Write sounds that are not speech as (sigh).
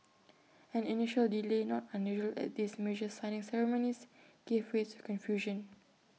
(noise) an initial delay not unusual at these major signing ceremonies gave way to confusion